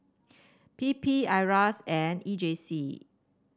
P P Iras and E J C